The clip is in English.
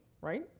right